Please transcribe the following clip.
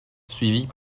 suivis